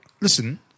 listen